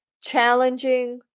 challenging